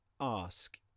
ask